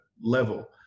level